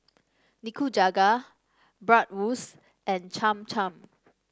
Nikujaga Bratwurst and Cham Cham